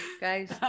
guys